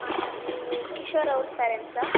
ಹಾಂ ನೀವು ಕಿಶೋರ್ ಅವ್ರ ಫೆರೆಂಟ್ಸಾ